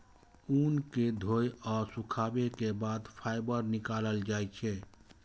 ऊन कें धोय आ सुखाबै के बाद फाइबर निकालल जाइ छै